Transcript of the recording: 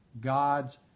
God's